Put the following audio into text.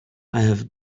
i’ve